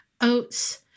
oats